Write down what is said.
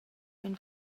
vegn